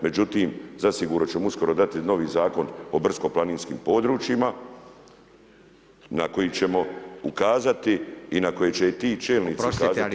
Međutim, zasigurno ćemo uskoro dati novi Zakon o brdsko-planinskim područjima na koji ćemo ukazati i na koji će i ti čelnici kazati